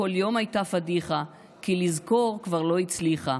כל יום הייתה פדיחה / כי לזכור כבר לא הצליחה